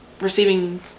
receiving